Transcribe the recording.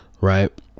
right